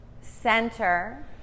center